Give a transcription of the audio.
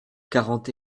quarante